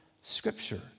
Scripture